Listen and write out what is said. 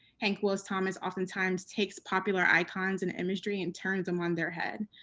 hank willis thomas oftentimes takes popular icons and imagery and turns them on their head.